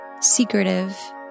secretive